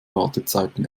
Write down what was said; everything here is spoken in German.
wartezeiten